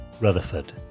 Rutherford